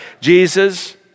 Jesus